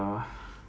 toxic y'know